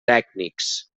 tècnics